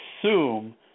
assume